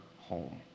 home